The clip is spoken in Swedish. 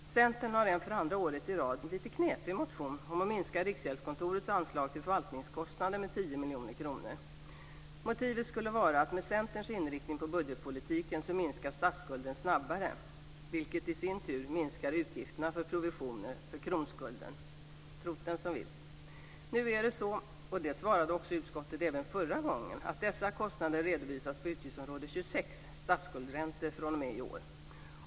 Centern har för andra året i rad väckt en lite knepig motion om att minska Riksgäldskontorets anslag till förvaltningskostnader med 10 miljoner kronor. Motivet skulle vara att med Centerns inriktning på budgetpolitiken skulle statsskulden minska snabbare, vilket i sin tur minskar utgifterna för provisioner för kronskulden. Tro't den som vill! Nu är det så, och det svarade utskottet även förra gången, att dessa kostnader fr.o.m. i år redovisas på utgiftsområde 26, Statsskuldräntor.